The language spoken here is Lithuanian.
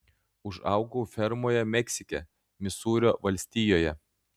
užaugau fermoje meksike misūrio valstijoje